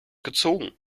gezogen